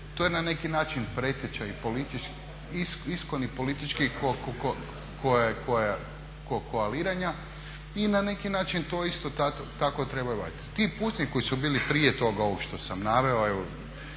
To je na neki način preteča i iskoni politički koaliranja i na neki način to isto tako treba …/Govornik se ne razumije./… Ti pucnji koji su bili prije toga, ovog što sam naveo,